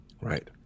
Right